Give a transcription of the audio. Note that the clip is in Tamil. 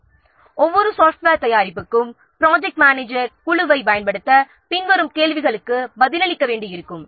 எனவே ப்ராஜெக்ட் மேனேஜர் ஒவ்வொரு சாஃப்ட்வேர் தயாரிப்புக்கும் குழுவை பயன்படுத்த பின்வரும் கேள்விகளுக்கு பதிலளிக்க வேண்டியிருக்கும்